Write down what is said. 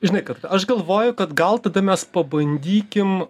žinai kad aš galvoju kad gal tada mes pabandykim